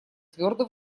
твердо